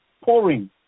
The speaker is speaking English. pouring